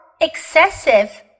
excessive